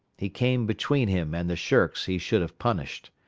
he came between him and the shirks he should have punished.